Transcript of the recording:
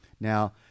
Now